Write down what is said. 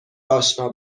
اشنا